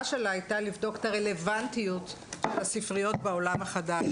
שלה הייתה לבדוק את הרלוונטיות של הספריות בעולם החדש.